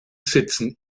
sitzen